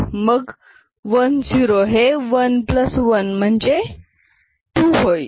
मग 1 0 हे 1 प्लस 1 म्हणजे 2 होईल